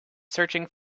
searching